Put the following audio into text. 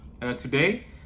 today